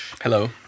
Hello